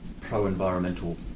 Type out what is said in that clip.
pro-environmental